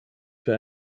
für